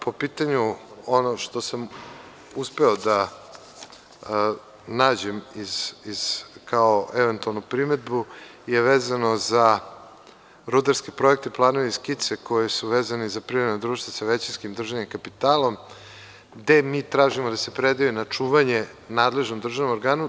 Po pitanju onog što sam uspeo da nađem kao eventualnu primedbu je vezano za rudarske projekte, planove i skice koji su vezani za privredna društva sa većinskim državnim kapitalom gde mi tražimo da se predaju na čuvanje nadležnom državnom organu.